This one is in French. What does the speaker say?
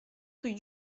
rue